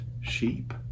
sheep